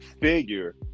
figure